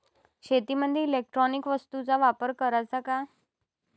शेतीमंदी इलेक्ट्रॉनिक वस्तूचा वापर कराचा का?